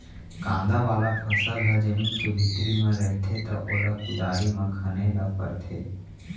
कांदा वाला फसल ह जमीन के भीतरी म रहिथे त ओला कुदारी म खने ल परथे